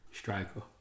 Striker